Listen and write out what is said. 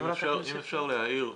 אם אפשר להעיר,